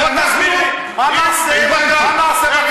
הבנתי, הבנת.